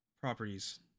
properties